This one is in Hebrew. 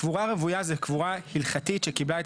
קבורה רוויה היא קבורה הלכתית שקיבלה את